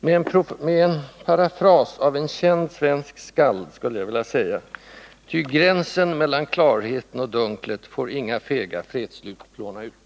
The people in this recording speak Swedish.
Med en parafras över några rader av en känd svensk skald skulle jag vilja säga att gränsen mellan klarheten och dunklet får inga fega fredsslut plåna ut.